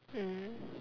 mm